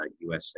USA